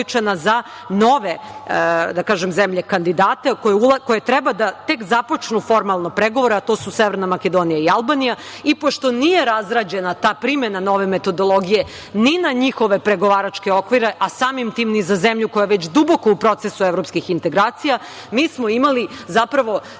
za nove zemlje kandidate koji treba da tek započnu formalno pregovore, a to su Severna Makedonija i Albanija i pošto nije razrađena ta primena nove metodologije ni na njihove pregovaračke okvire, a samim tim ni za zemlju koja je već duboko u procesu evropskih integracija, mi smo imali zapravo